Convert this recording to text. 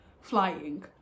flying